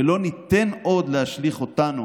ולא ניתן עוד להשליך אותנו